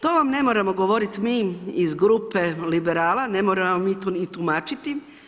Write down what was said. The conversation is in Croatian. To vam ne moramo govoriti mi iz grupe liberala, ne moramo vam mi to ni tumačiti.